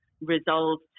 resolve